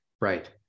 Right